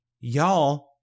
y'all